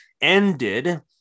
ended